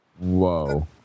Whoa